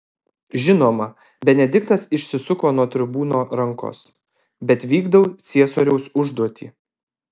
žinoma benediktas išsisuko nuo tribūno rankos bet vykdau ciesoriaus užduotį